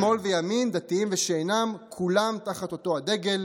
שמאל וימין, דתיים ושאינם, כולם תחת אותו הדגל,